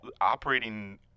operating